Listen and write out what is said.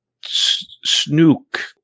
Snook